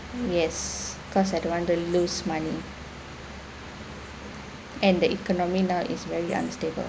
yes because I don't want to lose money and the economy now is very unstable